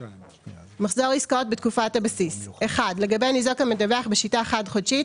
"מחזור עסקאות בתקופת הבסיס" לגבי ניזוק המדווח בשיטה חד-חודשית,